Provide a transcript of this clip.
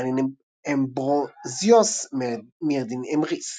מרלין אמברוזיוס, מירדין אמריס